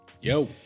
Yo